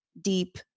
deep